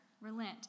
relent